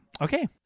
Okay